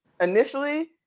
initially